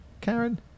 karen